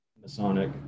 Masonic